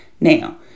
Now